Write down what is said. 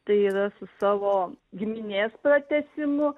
tai yra su savo giminės pratęsimu